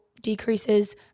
decreases